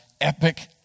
epic